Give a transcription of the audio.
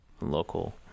local